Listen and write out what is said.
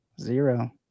Zero